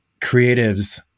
creatives